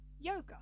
yoga